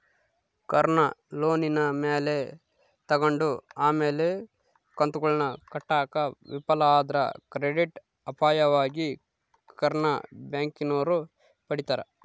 ಕಾರ್ನ ಲೋನಿನ ಮ್ಯಾಲೆ ತಗಂಡು ಆಮೇಲೆ ಕಂತುಗುಳ್ನ ಕಟ್ಟಾಕ ವಿಫಲ ಆದ್ರ ಕ್ರೆಡಿಟ್ ಅಪಾಯವಾಗಿ ಕಾರ್ನ ಬ್ಯಾಂಕಿನೋರು ಪಡೀತಾರ